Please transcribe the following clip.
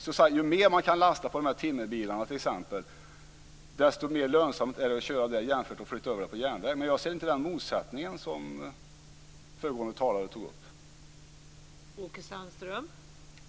Ju mer timmer man kan lasta på timmerbilarna t.ex., desto mer lönsamt är det jämfört med att köra det på järnväg. Men jag ser inte den motsättning som föregående talare tog upp.